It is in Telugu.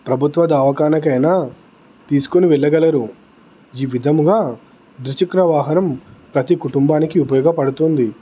ప్రభుత్వ దవాఖానకైనా తీసుకొని వెళ్ళగలరు ఈ విధముగా ద్విచక్ర వాహనం ప్రతీ కుటుంబానికి ఉపయోగపడుతుంది